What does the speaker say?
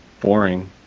boring